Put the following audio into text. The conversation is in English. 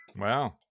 Wow